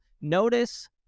notice